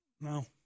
No